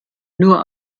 nur